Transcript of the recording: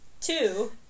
two